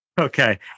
okay